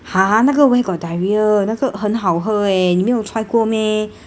!huh! 那个 where got diarrhoea 那个很好喝 eh 你没有 try 过 meh